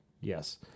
yes